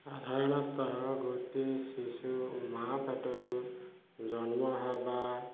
ସାଧାରଣତଃ ଗୋଟିଏ ଶିଶୁ ମା ପେଟରୁ ଜନ୍ମ ହେବା